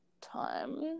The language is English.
time